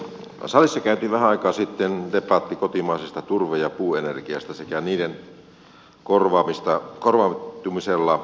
salissa käytiin vähän aikaa sitten debatti kotimaisesta turve ja puuenergiasta sekä niiden korvautumisesta kivihiilellä